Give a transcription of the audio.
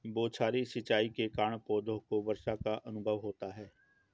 बौछारी सिंचाई के कारण पौधों को वर्षा का अनुभव होता है